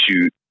shoot